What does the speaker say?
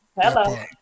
Hello